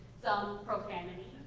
some profanity.